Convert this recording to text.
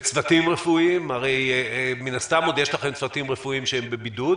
וצוותים רפואיים הרי מן הסתם עוד יש לכם צוותים רפואיים שהם בבידוד,